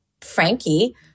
Frankie